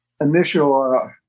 initial